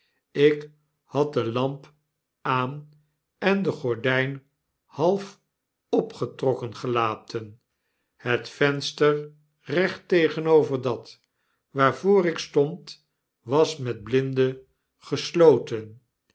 ik had de lamp aan en de gordyn half opgetrokken gelaten het venster recht tegenover dat waarvoor ik stond was met blinden gesloten